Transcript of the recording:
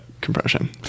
compression